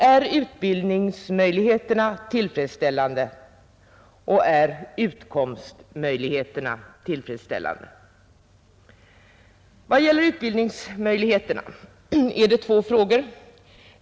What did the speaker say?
Är utbildningsmöjligheterna tillräckliga och är utkomstmöjligheterna tillfredsställande? Vad beträffar utbildningsmöjligheterna gäller det två frågor.